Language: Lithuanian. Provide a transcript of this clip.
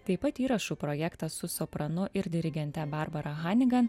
taip pat įrašų projektas su sopranu ir dirigente barbara hanigan